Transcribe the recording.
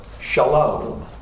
shalom